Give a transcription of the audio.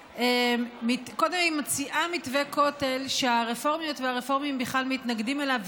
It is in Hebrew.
קודם היא מציעה מתווה כותל שהרפורמיות והרפורמיות בכלל מתנגדים אליו,